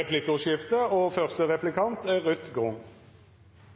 replikkordskifte. Norge har en sterk maritim klynge. Mens vi behandlet saken, kom det flere innspill, bl.a. om det med toppfinansiering, for